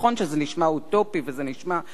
נכון שזה נשמע אוטופי ורחוק,